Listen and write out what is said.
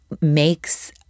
makes –